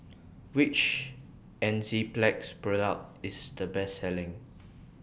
Which Enzyplex Product IS The Best Selling